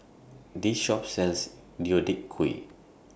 This Shop sells Deodeok Gui